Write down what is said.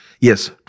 yes